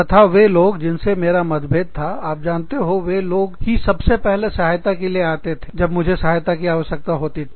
तथा वे लोग जिनसे मेरा मतभेद था आप जानते हो वे लोग ही सबसे पहले सहायता के लिए आते थे जब मुझे सहायता आवश्यकता होती थी